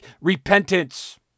repentance